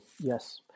Yes